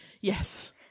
Yes